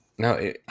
No